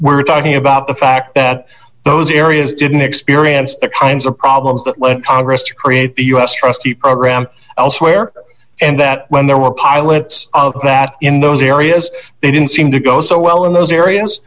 we're talking about the fact that those areas didn't experience the kinds of problems that led congress to create the u s trustee program elsewhere and that when there were pilots that in those areas they didn't seem to go so well in those areas